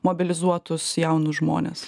mobilizuotus jaunus žmones